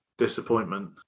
Disappointment